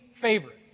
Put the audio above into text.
favorites